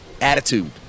Attitude